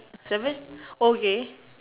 seven okay